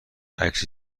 عکس